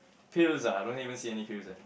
pills ah I don't even see any pills leh